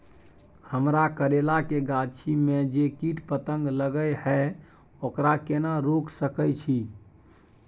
हमरा करैला के गाछी में जै कीट पतंग लगे हैं ओकरा केना रोक सके छी?